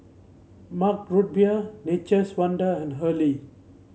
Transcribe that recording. Mug Root Beer Nature's Wonder and Hurley